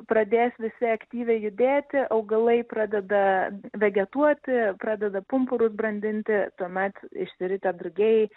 pradės visi aktyviai judėti augalai pradeda vegetuoti pradeda pumpurus brandinti tuomet išsiritę drugiai